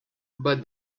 but